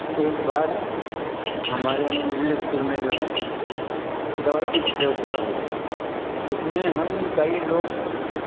एक बार हमारे मिडिल इस्कूल में जो है दौड़ की प्रतियोगिता हुई उसमें हम कई लोग